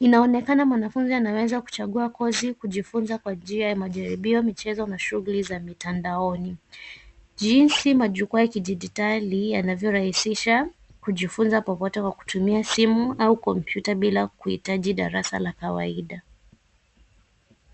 Inaonekana mwanafunzi anaweza kuchagua kozi kujifunza kwa njia ya majaribio, michezo na shughuli za mitandaoni. Jinsi majukwaa ya kidijitali yanavyorahisisha kujifunza popote kwa kutumia simu au kompyuta bila kuhitaji darasa la kawaida.